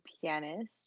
pianist